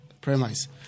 premise